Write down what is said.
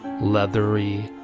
leathery